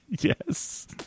Yes